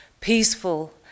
peaceful